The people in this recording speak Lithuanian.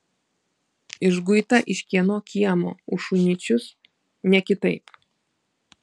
išguita iš kieno kiemo už šunyčius ne kitaip